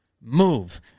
move